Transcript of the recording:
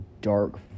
dark